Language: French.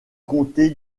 comté